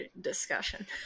discussion